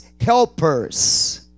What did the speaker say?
helpers